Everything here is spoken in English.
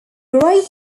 great